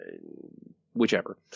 whichever